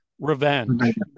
Revenge